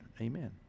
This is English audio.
Amen